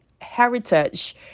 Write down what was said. heritage